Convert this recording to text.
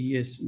Yes